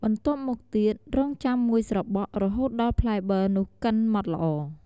បន្ទាប់មកទៀត រង់ចាំមួយស្របក់ រហូតដល់ផ្លែប័រនោះកិនម៉ដ្ឋល្អ។